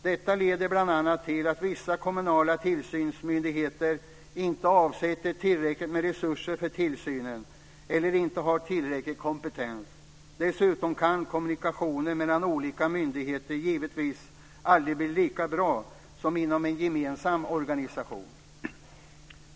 Detta leder bl.a. till att vissa kommunala tillsynsmyndigheter inte avsätter tillräckligt med resurser för tillsynen eller inte har tillräcklig kompetens. Dessutom kan kommunikationen mellan olika myndigheter givetvis aldrig bli lika bra som inom en gemensam organisation.